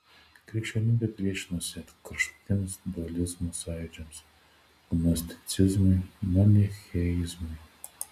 krikščionybė priešinosi kraštutiniams dualizmo sąjūdžiams gnosticizmui ir manicheizmui